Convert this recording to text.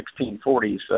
1640s